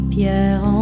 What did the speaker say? Pierre